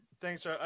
Thanks